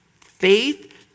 Faith